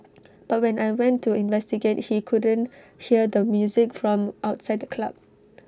but when I went to investigate he couldn't hear the music from outside the club